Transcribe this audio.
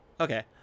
Okay